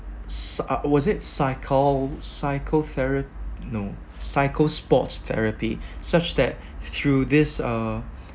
ps~ uh was it psycho~ psychothera~ no psycho~ sports therapy such that through this uh